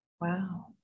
wow